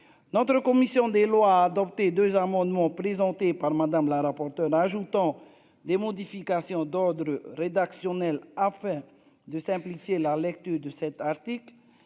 notre commission des Lois adopté 2 amendements présentés par Madame la rapporteure ajoutant des modifications d'ordre rédactionnel, afin de simplifier la lecture de cet article,